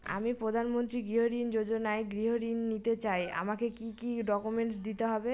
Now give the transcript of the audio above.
আমি প্রধানমন্ত্রী গৃহ ঋণ যোজনায় গৃহ ঋণ নিতে চাই আমাকে কি কি ডকুমেন্টস দিতে হবে?